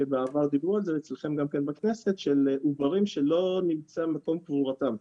שבעבר דיברו על זה אצלכם גם כן בכנסת של עוברים שלא נמצא מקום קבורתם.